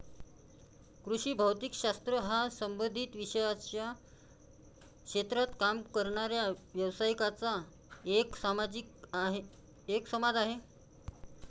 कृषी भौतिक शास्त्र हा संबंधित विषयांच्या क्षेत्रात काम करणाऱ्या व्यावसायिकांचा एक समाज आहे